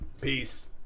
peace